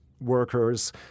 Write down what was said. Workers